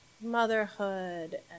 motherhood